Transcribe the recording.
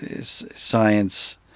science